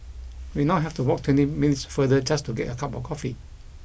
we now have to walk twenty minutes farther just to get a cup of coffee